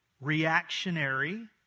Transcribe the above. reactionary